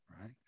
right